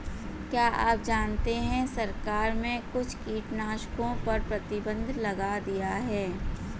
क्या आप जानते है सरकार ने कुछ कीटनाशकों पर प्रतिबंध लगा दिया है?